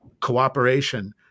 cooperation